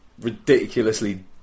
ridiculously